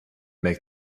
make